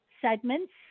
segments